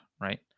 right